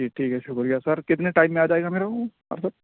جی ٹھیک ہے شکریہ سر کتنے ٹائم میں آ جائے گا میرے وہ آڈر